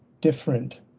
different